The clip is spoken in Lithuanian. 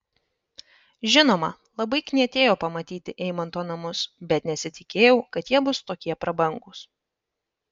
žinoma labai knietėjo pamatyti eimanto namus bet nesitikėjau kad jie bus tokie prabangūs